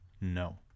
no